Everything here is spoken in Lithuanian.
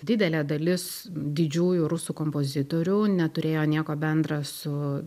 didelė dalis didžiųjų rusų kompozitorių neturėjo nieko bendra su